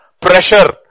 Pressure